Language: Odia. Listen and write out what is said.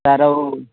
ସାର୍ ଆଉ